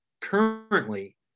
currently